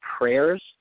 prayers